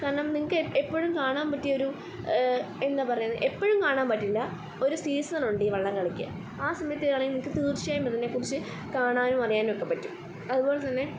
കാരണം നിങ്ങൾക്ക് എപ്പോഴും കാണാൻ പറ്റിയ ഒരു എന്താ പറയുന്നത് എപ്പോഴും കാണാൻ പറ്റില്ല ഒരു സീസണുണ്ടീ വള്ളം കളിക്ക് ആ സമയത്തു വേണേ നിങ്ങൾക്കു തീർച്ചയായിട്ടും ഇതിനെക്കുറിച്ച് കാണും അറിയാനൊക്കെ പറ്റും അതുപോലെ തന്നെ